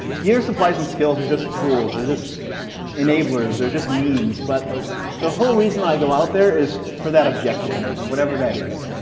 gear, supplies, and skills are just tools. they're just enablers. they're just means. but the whole reason i go out there is for that objective, and whatever that is.